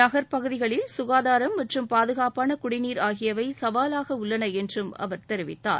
நகர்ப்பகுதிகளில் சுகாதாரம் மற்றும் பாதுகாப்பான குடிநீர் ஆகியவை சவாலாக உள்ளன என்று அவர் தெரிவித்தார்